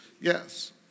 Yes